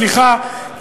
סליחה,